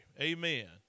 amen